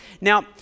Now